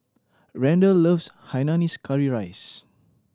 Randell loves Hainanese curry rice